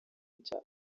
cya